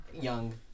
young